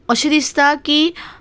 अशें दिसता की